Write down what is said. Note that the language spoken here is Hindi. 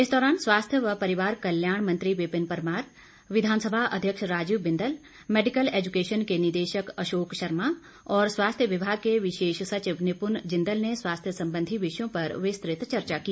इस दौरान स्वास्थ्य व परिवार कल्याण मंत्री विपिन परमार विधानसभा अध्यक्ष राजीव बिंदल मैडिकल एजुकेशन के निदेशक अशोक शर्मा और स्वास्थ्य विभाग के विशेष सचिव निपुन जिंदल ने स्वास्थ्य संबंधी विषयों पर विस्तृत चर्चा की